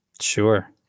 Sure